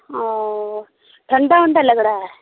اوہ ٹھنڈا ونڈا لگ رہا ہے